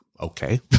Okay